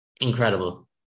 incredible